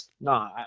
no